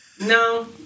No